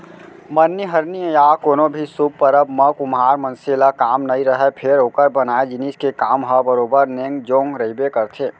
मरनी हरनी या कोनो भी सुभ परब म कुम्हार मनसे ले काम नइ रहय फेर ओकर बनाए जिनिस के काम ह बरोबर नेंग जोग रहिबे करथे